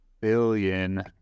billion